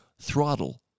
throttle